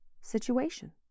situation